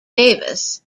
davis